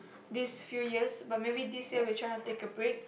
these few years but maybe this year we're tryna take a break